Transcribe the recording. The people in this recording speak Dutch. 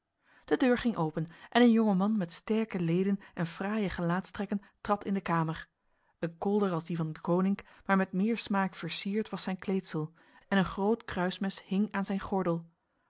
de deur ging open en een jonge man met sterke leden en fraaie gelaatstrekken trad in de kamer een kolder als die van deconinck maar met meer smaak versierd was zijn kleedsel en een groot kruismes hing aan zijn gordel